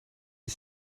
die